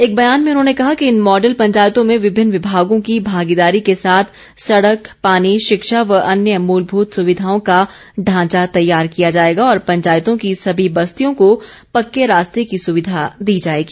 एक ब्यान में उन्होंने कहा कि इन मॉडल पंचायतों में विभिन्न विमागों की भागीदारी के साथ सड़क पानी शिक्षा व अन्य मूलभूत सुविधाओं का ढांचा तैयार किया जाएगा और पंचायतों की सभी बस्तियों को पक्के रास्ते की सुविधा दी जाएगी